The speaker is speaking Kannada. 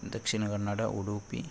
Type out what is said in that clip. ದಕ್ಷಿಣ ಕನ್ನಡ ಉಡುಪಿ